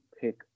pick